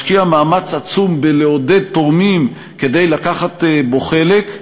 משקיע מאמץ עצום לעודד תורמים לקחת בו חלק,